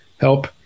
help